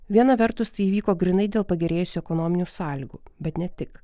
viena vertus tai įvyko grynai dėl pagerėjusių ekonominių sąlygų bet ne tik